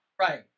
Right